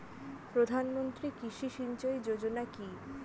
প্রধানমন্ত্রী কৃষি সিঞ্চয়ী যোজনা কি?